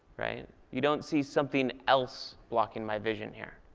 you don't see something else blocking my vision here.